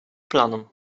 planom